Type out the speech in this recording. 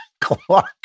Clark